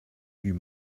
you